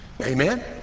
amen